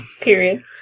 Period